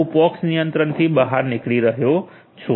હું પોક્સ નિયંત્રકથી બહાર નીકળી રહ્યો છું